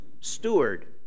steward